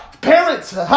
parents